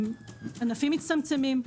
ענפים מצטמצמים.